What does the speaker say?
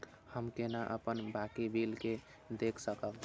हम केना अपन बाकी बिल के देख सकब?